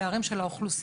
פערים של האוכלוסייה,